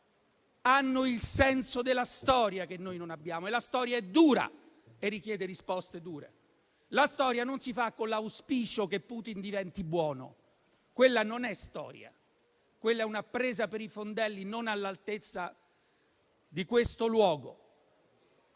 Hanno il senso della storia che noi non abbiamo, e la storia è dura e richiede risposte dure. La storia non si fa con l'auspicio che Putin diventi buono. Quella non è storia, ma una presa per i fondelli non all'altezza di questo luogo.